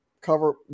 cover